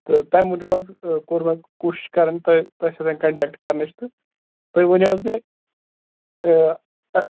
تہٕ تَمہِ موٗجوٗب حَظ آ کوٚر وۅنۍ کوٗشِش کَران تہٕ تۅہہِ سۭتۍ کَنٹیکٹہٕ کَرنٕچ تہٕ تُہۍ ؤنِو حَظ مےٚ کہِ اۭں